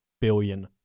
billion